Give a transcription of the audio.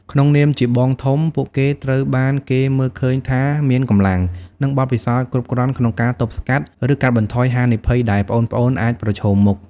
ក្នុងនាមជាបងធំ ពួកគេត្រូវបានគេមើលឃើញថាមានកម្លាំង និងបទពិសោធន៍គ្រប់គ្រាន់ក្នុងការទប់ស្កាត់ ឬកាត់បន្ថយហានិភ័យដែលប្អូនៗអាចប្រឈមមុខ។